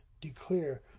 declare